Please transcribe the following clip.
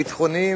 הביטחוניים,